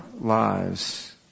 lives